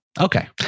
Okay